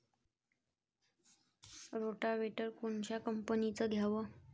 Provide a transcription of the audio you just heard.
Rotavator कोनच्या कंपनीचं घ्यावं?